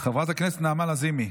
חברת הכנסת נעמה לזימי,